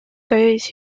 those